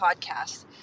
podcast